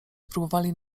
spróbowali